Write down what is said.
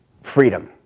freedom